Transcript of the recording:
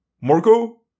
Marco